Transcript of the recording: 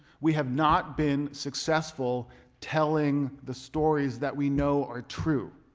we have not been successful telling the stories that we know are true.